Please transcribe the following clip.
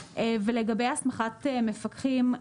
לגבי הסמכת מפקחים,